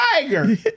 tiger